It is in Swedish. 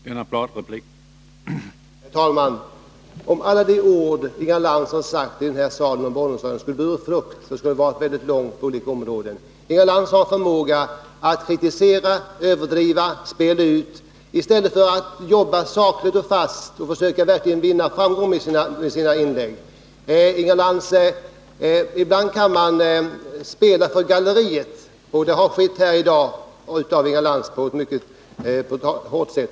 Herr talman! Om alla de ord Inga Lantz har sagt i den här salen om barnomsorgen skulle ha burit frukt, så skulle det ha fört mycket långt på olika områden. Inga Lantz har förmåga att kritisera, överdriva och spela ut i stället för att jobba sakligt och fast och verkligen försöka vinna framgång med sina inlägg. Ibland kan man spela för galleriet, och det har Inga Lantz gjort här i dag på ett mycket hårt sätt.